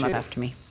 like after me.